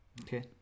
Okay